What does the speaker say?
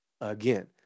again